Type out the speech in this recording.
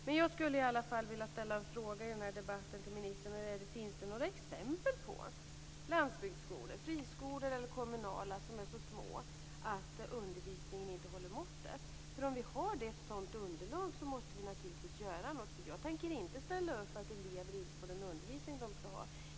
Men jag skulle i alla fall vilja ställa en fråga i den här debatten till ministern, och den är: Finns det några exempel på landsbygdsskolor, friskolor eller kommunala, som är så små att undervisningen inte håller måttet? Om vi har ett sådant underlag så måste vi naturligtvis göra någonting. Jag tänker inte ställa upp på att elever inte får den undervisning de skall ha.